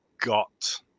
got